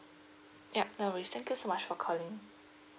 yup no worries thank you so much for calling